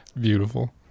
Beautiful